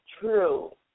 True